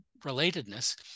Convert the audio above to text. relatedness